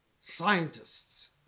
scientists